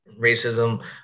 racism